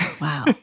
Wow